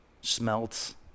smelts